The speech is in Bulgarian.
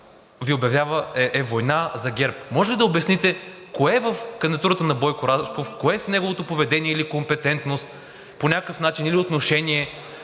Рашков е война за ГЕРБ? Можете ли да обясните кое в кандидатурата на Бойко Рашков, кое в неговото поведение или компетентност по някакъв начин или отношение